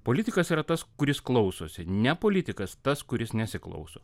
politikas yra tas kuris klausosi ne politikas tas kuris nesiklauso